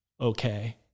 Okay